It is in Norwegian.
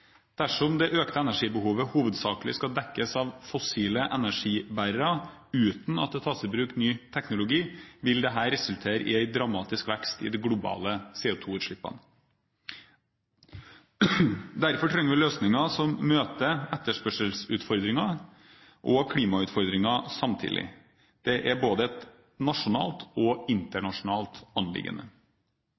Dersom det økte energibehovet hovedsakelig skal dekkes av fossile energibærere, uten at det tas i bruk ny teknologi, vil dette resultere i en dramatisk vekst i de globale CO2-utslippene. Derfor trenger vi løsninger som møter etterspørselsutfordringen og klimautfordringen, samtidig. Dette er både et nasjonalt og et internasjonalt anliggende.